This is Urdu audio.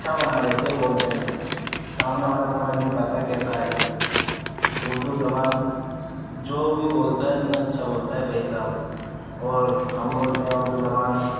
اچھا بنا دیتی ہے بولتے میں سامنے والا سمجھ نہیں پاتا ہے کیسا ہے یہ اردو زبان جو بھی بولتا ہے اتنا اچھا بولتا ہے بے حساب اور ہم بولتے ہیں اردو زبان